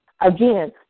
Again